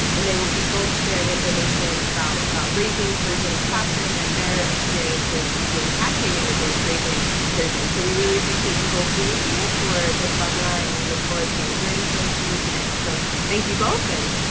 and they will be both sharing information about raising sturgeon in the classroom and their experiences as being hatchery managers raising sturgeon. so we really appreciate you both being here for this webinar, and we look forward to learning from you you today. so thank you both, and